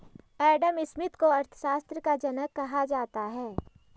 Adam Smith को अर्थशास्त्र का जनक कहा जाता है